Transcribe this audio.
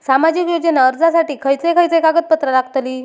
सामाजिक योजना अर्जासाठी खयचे खयचे कागदपत्रा लागतली?